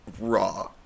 raw